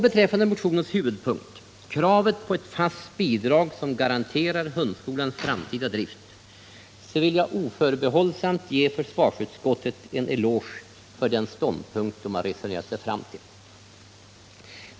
Beträffande motionens huvudpunkt — kravet på ett fast bidrag som garanterar hundskolans framtida drift — vill jag oförbehållsamt ge försvarsutskottet en eloge för den ståndpunkt man resonerat sig fram till.